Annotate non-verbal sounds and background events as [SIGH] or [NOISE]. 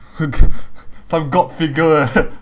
[LAUGHS] some god figure eh